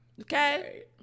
Okay